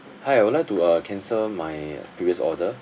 hi I would like to uh cancel my previous order